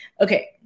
Okay